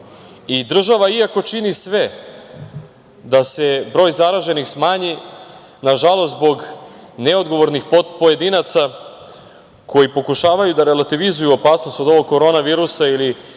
Država iako čini sve da se broj zaraženih smanji, nažalost zbog neodgovornih pojedinaca koji pokušavaju da relativizuju opasnost od Korona virusa ili